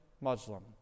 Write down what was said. Muslim